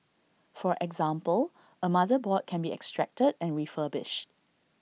for example A motherboard can be extracted and refurbished